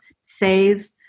save